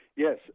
Yes